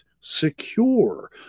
secure